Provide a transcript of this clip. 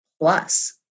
Plus